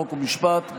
חוק ומשפט.